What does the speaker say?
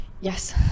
Yes